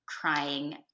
crying